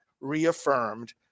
reaffirmed